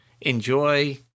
Enjoy